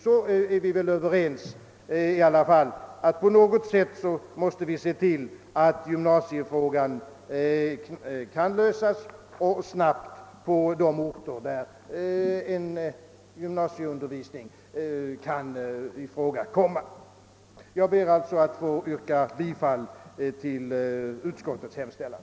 Vi är alla överens om att vi på något sätt måste se till att gymnasiefrågan löses snabbt på de orter, där en gymnasieundervisning kan ifrågakomma. Herr talman! Jag ber att få yrka bifall till utskottets hemställan.